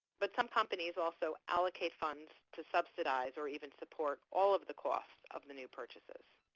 but some companies also allocate funds to subsidize or even support all of the cost of the new purchases.